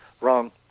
wrong